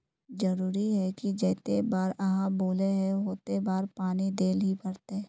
जरूरी है की जयते बार आहाँ बोले है होते बार पानी देल ही पड़ते?